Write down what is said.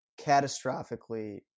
catastrophically